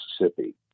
Mississippi